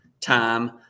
time